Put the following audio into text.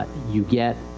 you get,